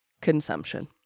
consumption